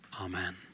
Amen